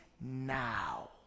now